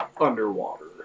underwater